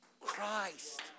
Christ